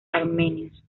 armenios